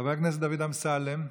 חבר הכנסת דוד אמסלם.